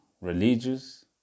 religious